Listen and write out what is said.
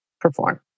perform